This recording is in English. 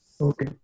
Okay